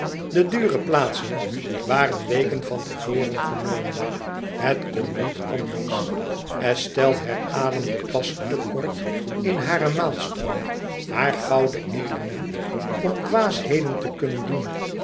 de dure plaatsen waren weken van te voren genomen het kon niet anders estelle herademde pas te kort in haren maalstroom haar gouden element om dwaasheden te kunnen doen